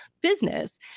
business